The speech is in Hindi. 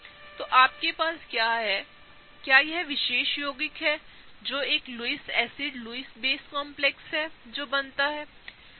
तो अब आपके पास क्या है क्या यह विशेष यौगिक है जो एक लुईस एसिड लुईसबेसकॉम्प्लेक्स है जो बनता है